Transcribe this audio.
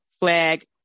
flag